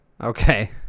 okay